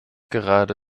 gerade